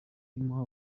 imuha